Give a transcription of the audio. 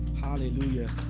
Hallelujah